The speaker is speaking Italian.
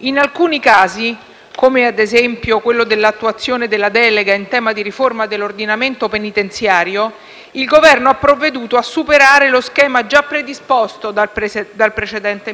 in alcuni casi, come ad esempio quello dell'attuazione della delega in tema di riforma dell'ordinamento penitenziario, il Governo ha provveduto a superare lo schema già predisposto dal precedente